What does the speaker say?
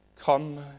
Come